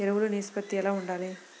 ఎరువులు నిష్పత్తి ఎలా ఉండాలి?